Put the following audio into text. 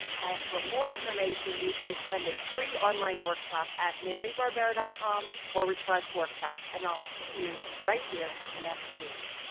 and for more information, you can attend a free online workshop at marybarbera dot com slash workshop and i'll see you right here next week.